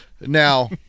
Now